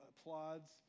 applauds